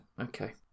Okay